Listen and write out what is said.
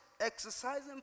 exercising